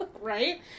Right